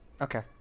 Okay